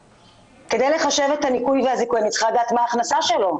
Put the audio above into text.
כדי לחשב את הניכוי והזיכוי אני צריכה לדעת מה ההכנסה שלו.